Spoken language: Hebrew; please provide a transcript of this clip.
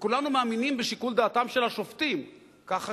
וכולנו מאמינים בשיקול דעתם של השופטים, כך חשבתי,